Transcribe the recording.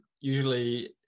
usually